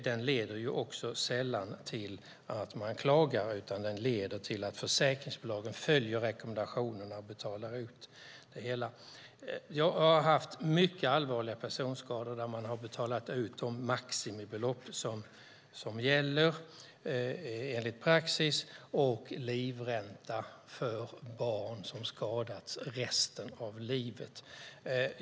Den leder sällan till klagomål utan till att försäkringsbolagen följer rekommendationerna och betalar ut det hela. Jag har biträtt personer med mycket allvarliga skador där man har betalat ut de maximibelopp som gäller enligt praxis och livränta för barn som skadats för resten av livet.